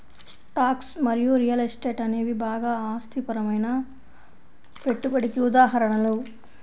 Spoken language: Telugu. స్టాక్స్ మరియు రియల్ ఎస్టేట్ అనేవి బాగా అస్థిరమైన పెట్టుబడికి ఉదాహరణలు